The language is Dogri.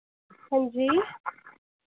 हांजी